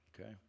Okay